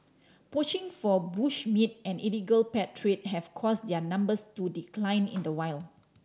poaching for bush meat and illegal pet trade have caused their numbers to decline in the wild